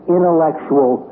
intellectual